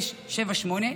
1678,